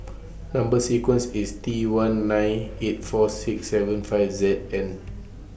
Number sequence IS T one nine eight four six seven five Z and